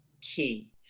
key